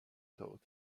thought